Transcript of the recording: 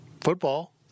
Football